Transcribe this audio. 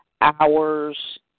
hours